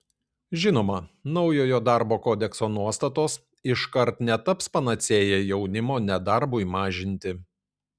žinoma naujojo darbo kodekso nuostatos iškart netaps panacėja jaunimo nedarbui mažinti